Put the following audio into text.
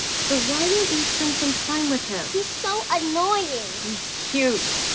so why don't you spend some time with him? he's so annoying. he's cute.